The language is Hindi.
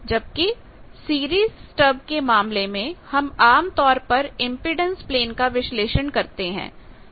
जबकि सीरीज स्टब के मामले में हम आमतौर पर इंपेडेंस प्लेन का विश्लेषण करते हैं